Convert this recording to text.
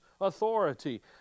authority